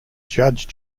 judge